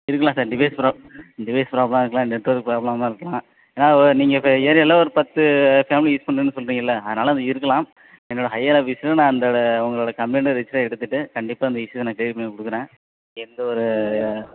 இருக்கலாம் sir device prob device ப்ராப்ளமாக இருக்கலாம் நெட்வொர்க் ப்ராப்ளமாக இருக்கலாம் ஏன்னால் ஒ நீங்கள் இப்போ ஏரியாவில் ஒரு பத்து ஃபேம்லி யூஸ் பண்ணுதுன்னு சொல்கிறீங்கள்ல அதனால் அது இருக்கலாம் என்னோடய ஹையர் ஆஃபிஸ்ஸில் நான் அந்த உங்களோடய கம்ப்ளைண்ட்டை ரிஜிஸ்டராக எடுத்துகிட்டு கண்டிப்பாக இந்த இஷ்ஷுவை நான் க்ளியர் பண்ணிக் கொடுக்குறேன் எந்தவொரு